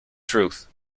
truth